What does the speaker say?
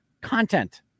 content